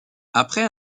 après